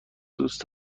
دوست